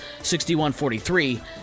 61-43